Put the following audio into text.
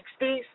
60s